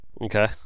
Okay